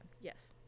yes